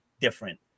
different